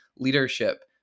leadership